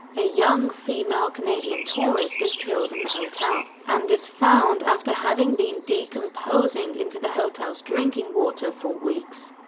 a young, female canadian tourist is killed in the hotel, and is found after having been decomposing into the hotel's drinking water for weeks.